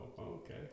okay